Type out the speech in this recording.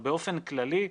באופן כללי,